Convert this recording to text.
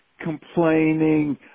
complaining